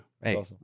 hey